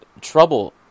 trouble